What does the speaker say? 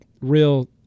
real